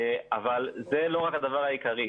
אבל זה לא רק הדבר העיקרי,